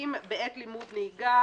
אופנועים בעת לימוד נהיגה.